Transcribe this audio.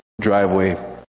driveway